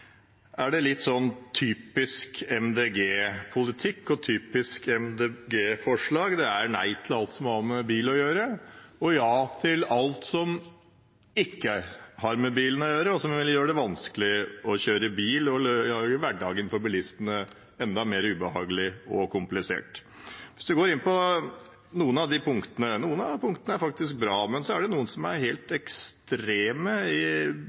er det litt sånn typisk Miljøpartiet De Grønne-politikk og typisk Miljøpartiet De Grønne-forslag. Det er nei til alt som har med bil å gjøre, og ja til alt som ikke har med bil å gjøre, og som vil gjøre det vanskelig å kjøre bil og gjøre hverdagen for bilistene enda mer ubehagelig og komplisert. Hvis en går inn på noen av disse punktene, er noen av dem faktisk bra, men så er det noen som er helt